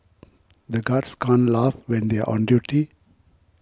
the guards can't laugh when they are on duty